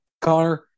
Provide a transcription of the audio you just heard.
Connor